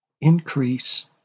Increase